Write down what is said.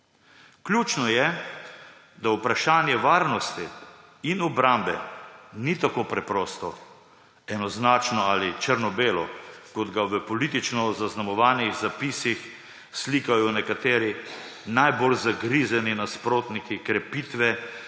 Ključno je, da vprašanje varnosti in obrambe ni tako preprosto, enoznačno ali črno-belo, kot ga v politično zaznamovanih zapisih slikajo nekateri najbolj zagrizeni nasprotniki krepitve